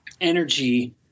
energy